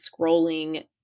scrolling